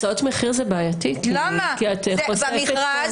הצעות מחיר זה בעייתי, כי את חושפת פה.